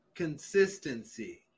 consistency